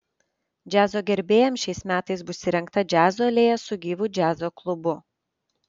džiazo gerbėjams šiais metais bus įrengta džiazo alėja su gyvu džiazo klubu